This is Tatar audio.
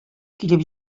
килеп